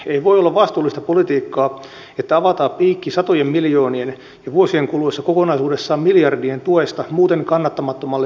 ei voi olla vastuullista politiikkaa että avataan piikki satojen miljoonien ja vuosien kuluessa kokonaisuudessaan miljardien tuesta muuten kannattamattomalle bisnekselle